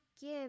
give